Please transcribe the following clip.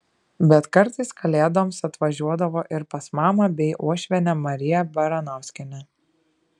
bet kartais kalėdoms atvažiuodavo ir pas mamą bei uošvienę mariją baranauskienę